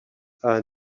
are